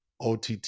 OTT